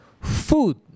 food